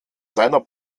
seiner